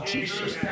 Jesus